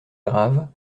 grave